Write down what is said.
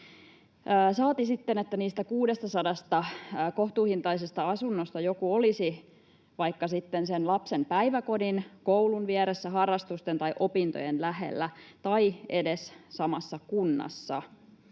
Saati sitten, että niistä 600 kohtuuhintaisesta asunnosta joku olisi vaikka sitten sen lapsen päiväkodin, koulun vieressä, harrastusten tai opintojen lähellä tai edes samassa kunnassa.